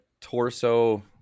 torso